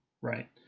right